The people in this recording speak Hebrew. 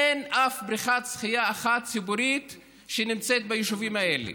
אין אף בריכת שחייה ציבורית אחת שנמצאת ביישובים האלה